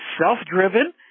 self-driven